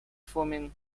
forming